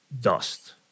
dust